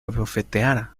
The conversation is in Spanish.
abofeteara